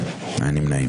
4 בעד,